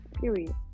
Period